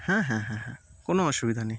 হ্যাঁ হ্যাঁ হ্যাঁ হ্যাঁ কোনো অসুবিধা নেই